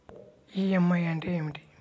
EMI అంటే ఏమిటి?